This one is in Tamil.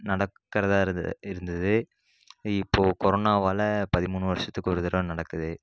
நடக்கிறதா இருந்தது இப்போது கொரோனாவால் பதிமூணு வருஷத்துக்கு ஒரு தடவை நடக்குது